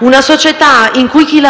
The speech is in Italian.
una società in cui si